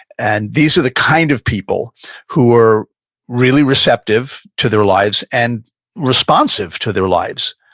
and these are the kind of people who were really receptive to their lives and responsive to their lives.